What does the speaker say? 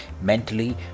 mentally